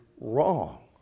wrong